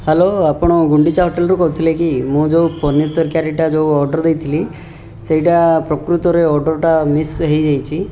hello ଆପଣ ଗୁଣ୍ଡିଚା ହୋଟେଲ୍ରୁ କହୁଥିଲେ କି ମୁଁ ଯେଉଁ ପନିର୍ ତରକାରୀଟା ଯେଉଁ ଅର୍ଡ଼ର୍ ଦେଇଥିଲି ସେଇଟା ପ୍ରକୃତରେ ଅର୍ଡ଼ର୍ଟା ମିସ୍ ହୋଇଯାଇଛି